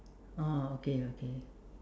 oh okay okay